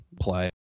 play